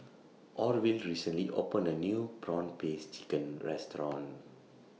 Orville recently opened A New Prawn Paste Chicken Restaurant